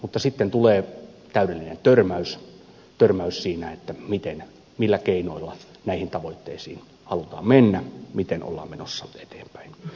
mutta sitten tulee täydellinen törmäys törmäys siinä millä keinoilla näihin tavoitteisiin halutaan mennä miten ollaan menossa eteenpäin